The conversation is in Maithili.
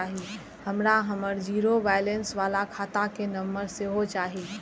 हमरा हमर जीरो बैलेंस बाला खाता के नम्बर सेहो चाही